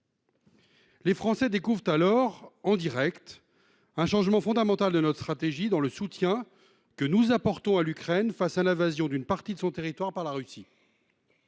Les Français découvrent alors, en direct, un changement fondamental de notre stratégie, au travers du soutien que nous apportons à l’Ukraine face à l’invasion d’une partie de son territoire par la Russie.